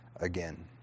again